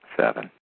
Seven